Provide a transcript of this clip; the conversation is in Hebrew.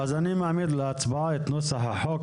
אז מעמיד להצבעה את נוסח החוק,